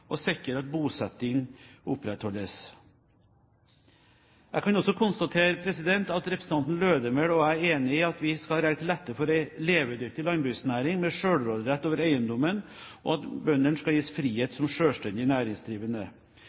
sikre at bosettingen opprettholdes. Jeg kan også konstatere at representanten Lødemel og jeg er enige om at vi skal legge til rette for en levedyktig landbruksnæring med selvråderett over eiendommen, og at bøndene skal gis frihet som selvstendige næringsdrivende.